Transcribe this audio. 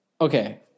Okay